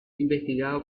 investigado